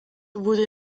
wurde